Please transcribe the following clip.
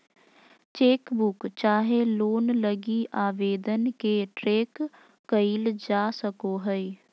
chequebook चाहे loan लगी आवेदन के ट्रैक क़इल जा सको हइ